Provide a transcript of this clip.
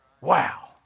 wow